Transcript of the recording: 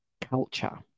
culture